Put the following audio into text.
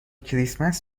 کریسمس